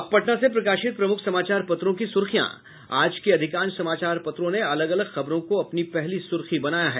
अब पटना से प्रकाशित प्रमुख समाचार पत्रों की सुर्खियां आज के अधिकांश समाचार पत्रों ने अलग अलग खबरों को अपनी पहली सुर्खी बनायी है